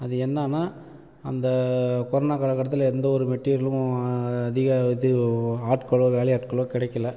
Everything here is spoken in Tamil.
அது என்னன்னா அந்த கொரனா காலகட்டத்தில் எந்த ஒரு மெட்டீரியலும் அதிக இது ஆட்களோ வேலை ஆட்களோ கெடைக்கல